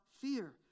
fear